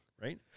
Right